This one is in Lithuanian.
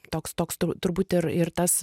toks toks turbūt ir ir tas